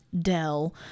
Dell